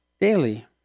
daily